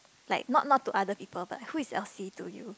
like not not to other people but who is Elsie to you